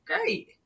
Great